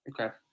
Okay